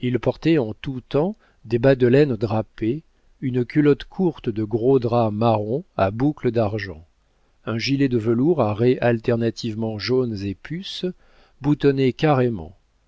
il portait en tout temps des bas de laine drapés une culotte courte de gros drap marron à boucles d'argent un gilet de velours à raies alternativement jaunes et puces boutonné carrément